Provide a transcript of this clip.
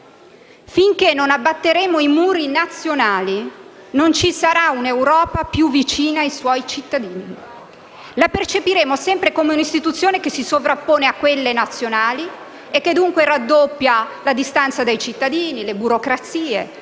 Finché non abbatteremo i muri nazionali, non ci sarà un'Europa più vicina ai suoi cittadini. La percepiremo come un'istituzione che si sovrappone a quelle nazionali, dunque raddoppiando le burocrazie